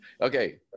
Okay